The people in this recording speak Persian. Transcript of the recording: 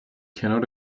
کنار